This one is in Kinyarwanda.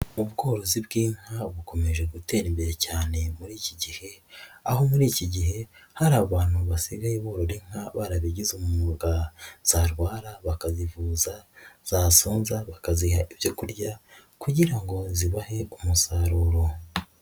Ubworozi bw'inka bukomeje gutera imbere cyane muri iki gihe, aho muri iki gihe hari abantu basigaye borora inka barabigize umwuga, zarwara bakazivuza, zasonza bakaziha ibyo kurya kugira ngo zibahe umusaruro.